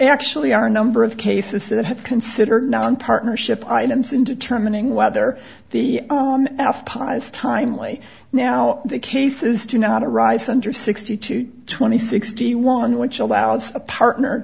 actually are a number of cases that have considered now in partnership items in determining whether the f pis timely now the case is to know how to rise under sixty two twenty sixty one which allows a partner